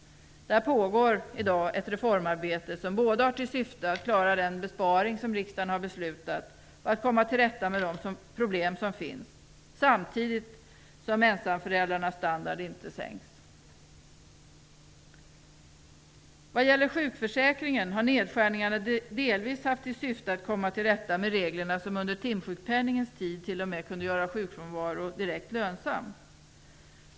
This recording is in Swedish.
Där pågår i dag ett reformarbete som har till syfte både att klara den besparing som riksdagen har beslutat och att komma till rätta med de problem som finns, samtidigt som ensamföräldrarnas standard inte sänks. Vad gäller sjukförsäkringen har nedskärningarna delvis haft till syfte att komma till rätta med reglerna, som under timsjukpenningens tid t.o.m. kunde göra sjukfrånvaro direkt lönsam.